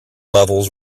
levels